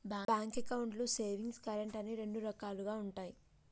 bank అకౌంట్లు savings, current అని రెండు రకాలుగా ఉంటయి